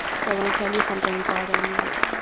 so i want to tell you something important. like,